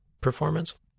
performance